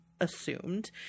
assumed